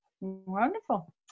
Wonderful